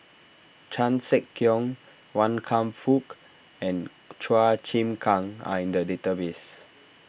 Chan Sek Keong Wan Kam Fook and Chua Chim Kang are in the database